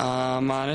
המענה